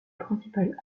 principal